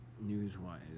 news-wise